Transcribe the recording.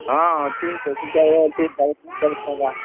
ହିଁ ଅଛି ଦେଶୀ ଚାଉଳ ଅଛି ଚାଳିଶ ପଚାଶ ଟଙ୍କା